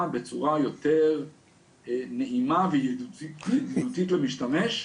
בצורה יותר נעימה וידידותית למשתמש.